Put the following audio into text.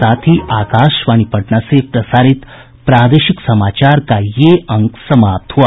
इसके साथ ही आकाशवाणी पटना से प्रसारित प्रादेशिक समाचार का ये अंक समाप्त हुआ